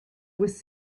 was